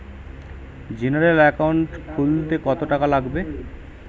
General একাউন্ট খুলতে কত টাকা লাগবে?